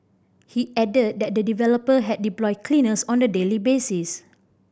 he added that the developer had deployed cleaners on a daily basis